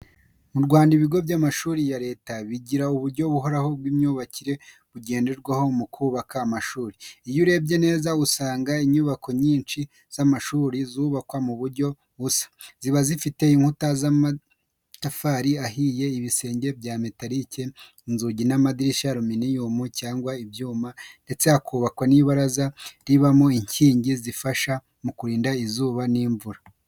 Mu Rwanda, ibigo by’amashuri ya Leta bigira uburyo buhoraho bw’imyubakire bugenderwaho mu kubaka amashuri. Iyo urebye neza usanga inyubako nyinshi z’aya mashuri zubakwa mu buryo busa. Ziba zifite inkuta z’amatafari ahiye, ibisenge bya metarike, inzugi n’amadirishya ya aluminiyumu cyangwa ibyuma, ndetse hakubakwa n’ibaraza ribamo inkingi zifasha mu kurinda izuba n’imvura.